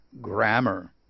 Grammar